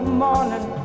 morning